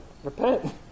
repent